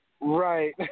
Right